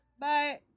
Bye